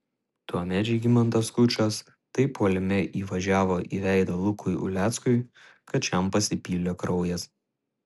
tuomet žygimantas skučas taip puolime įvažiavo į veidą lukui uleckui kad šiam pasipylė kraujas